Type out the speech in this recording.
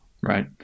Right